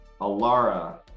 Alara